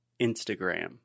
Instagram